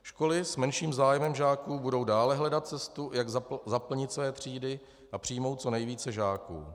Školy s menším zájmem žáků budou dále hledat cestu, jak zaplnit své třídy a přijmout co nejvíce žáků.